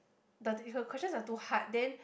the thing the questions are too hard then